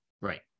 Right